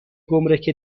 گمرک